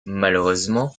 malheureusement